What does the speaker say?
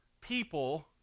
people